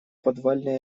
подвальный